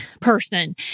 person